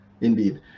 indeed